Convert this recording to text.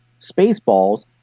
Spaceballs